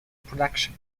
production